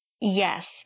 Yes